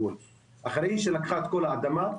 חריש לקחה את כל האדמה,